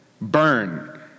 burn